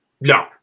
No